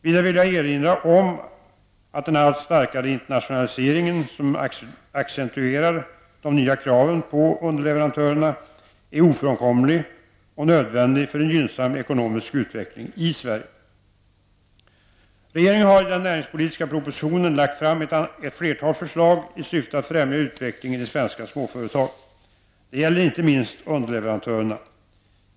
Vidare vill jag erinra om att den allt starkare internationaliseringen, som accentuerar de nya kraven på underleverantörerna, är ofrånkomlig och nödvändig för en gynnsam ekonomisk utveckling i Sverige. Regeringen har i den näringspolitiska propositionen lagt fram ett flertal förslag i syfte att främja utvecklingen i svenska småföretag. Det gäller inte minst underleverantörerna.